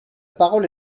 parole